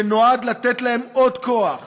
שנועד לתת להם עוד כוח,